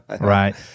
Right